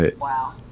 wow